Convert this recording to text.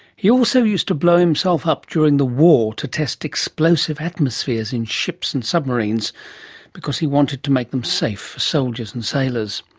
he also used to blow himself up during the war to test explosive atmospheres in ships and submarines because he wanted to make them safe for soldiers and sailors.